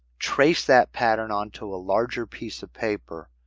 trace that pattern onto a larger piece of paper.